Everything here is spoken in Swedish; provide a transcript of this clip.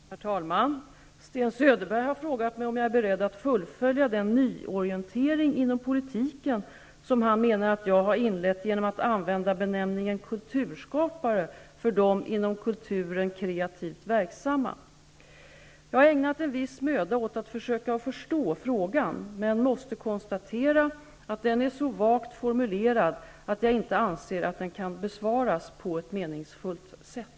Herr talman! Sten Söderberg har frågat mig om jag är beredd att fullfölja den nyorientering inom politiken som han menar att jag har inlett genom att använda benämningen ''kulturskapare'' för de inom kulturen kreativt verksamma. Jag har ägnat en viss möda åt att försöka förstå frågan men måste konstatera att den är så vagt formulerad att jag inte anser att den kan besvaras på ett meningsfullt sätt.